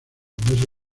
meses